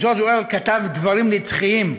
ג'ורג' אורוול כתב דברים נצחיים.